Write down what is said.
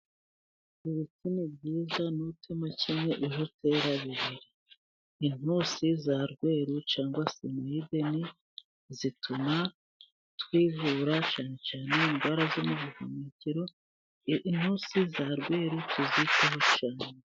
ibiti ni byiza n'utema kimwe ujye utera bibiri, intusi za rweru cyangwa semideni, zituma twivura cyane cyane imbaraga n'ubuhumekero, intusi za rweru tuziteho cyane.